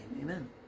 Amen